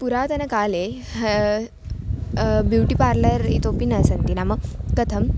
पुरातनकाले beauty parlour इतोऽपि न सन्ति नाम कथं